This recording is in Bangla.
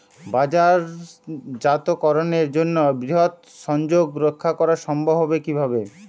বাজারজাতকরণের জন্য বৃহৎ সংযোগ রক্ষা করা সম্ভব হবে কিভাবে?